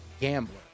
Gambler